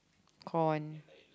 con